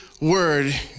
word